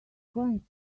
going